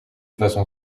façon